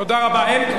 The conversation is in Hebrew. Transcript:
תודה, אדוני.